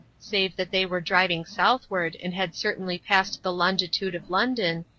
save that they were driving southward and had certainly passed the longitude of london,